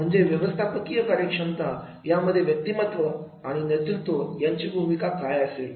म्हणजे व्यवस्थापकीय कार्यक्षमता यामध्ये व्यक्तिमत्व आणि नेतृत्व यांची भूमिका काय असेल